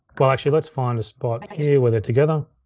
well actually, let's find a spot here where they're together.